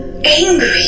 Angry